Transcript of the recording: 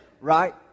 right